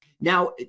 Now